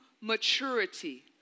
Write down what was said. maturity